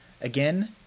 Again